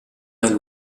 nel